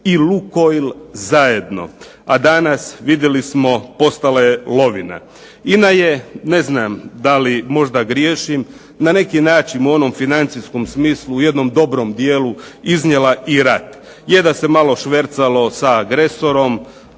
i LUKOIL zajedno, a danas vidjeli smo postala je lovina. INA je ne znam da li možda griješim na neki način u onom financijskom smislu u jednom dobrom dijelu iznijela i rat. Je da se malo švercalo sa agresorom,